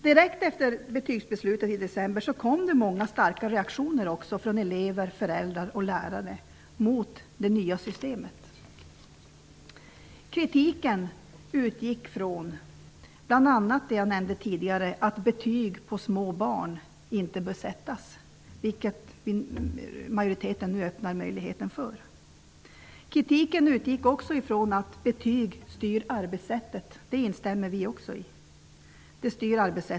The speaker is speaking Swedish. Direkt efter betygsbeslutet i december kom det också många starka reaktioner från elever, föräldrar och lärare mot det nya systemet. Kritiken utgick från bl.a. det som jag nämnde tidigare, att betyg inte bör sättas på små barn, vilket majoriteten nu öppnar möjligheten för. Kritiken utgick vidare från att betyg styr arbetssättet i skolan. Det instämmer vi också i.